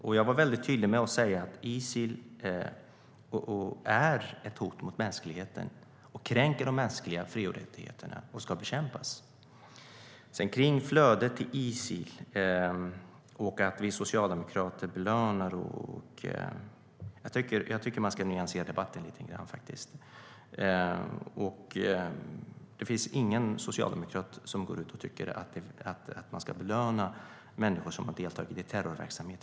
Jag var också väldigt tydlig med att säga att Isil är ett hot mot mänskligheten, kränker de mänskliga fri och rättigheterna och ska bekämpas. Vad gäller flödet till Isil och att vi socialdemokrater skulle belöna detta tycker jag att man ska nyansera debatten lite grann. Det finns ingen socialdemokrat som går ut och tycker att man ska belöna människor som har deltagit i terrorverksamhet.